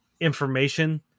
information